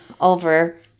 over